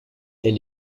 elle